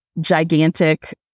gigantic